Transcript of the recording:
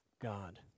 God